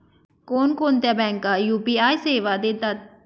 कोणकोणत्या बँका यू.पी.आय सेवा देतात?